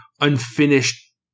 unfinished